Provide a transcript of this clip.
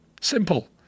Simple